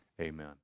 amen